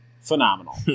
Phenomenal